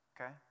okay